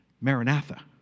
Maranatha